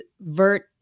Vert